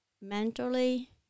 Mentally